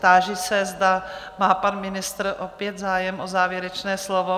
Táži se, zda má pan ministr opět zájem o závěrečné slovo?